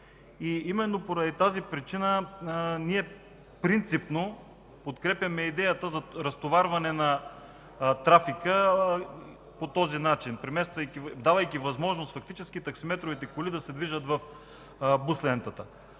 Именно поради тази причина принципно подкрепяме идеята за разтоварване на трафика по този начин – давайки възможност фактически таксиметровите коли да се движат в бус лентата.